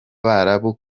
kandi